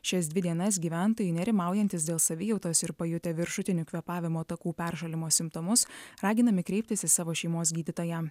šias dvi dienas gyventojai nerimaujantys dėl savijautos ir pajutę viršutinių kvėpavimo takų peršalimo simptomus raginami kreiptis į savo šeimos gydytoją